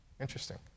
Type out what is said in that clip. interesting